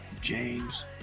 James